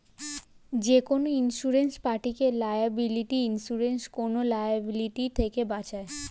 যেকোনো ইন্সুরেন্স পার্টিকে liability insurance কোন লায়াবিলিটি থেকে বাঁচায়